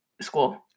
school